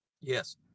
Yes